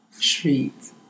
treat